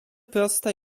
proste